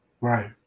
Right